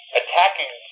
attacking